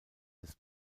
des